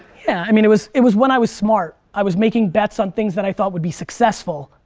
yeah, i mean it was it was when i was smart, i was making bets on things that i thought would be successful.